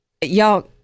y'all